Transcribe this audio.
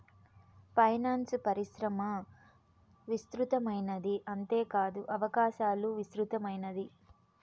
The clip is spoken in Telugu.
ఫైనాన్సు పరిశ్రమ విస్తృతమైనది అంతేకాదు అవకాశాలు విస్తృతమైనది